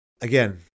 again